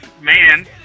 man